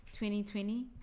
2020